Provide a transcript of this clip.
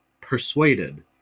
persuaded